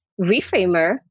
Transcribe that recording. reframer